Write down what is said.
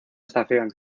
estación